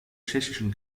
tschechischen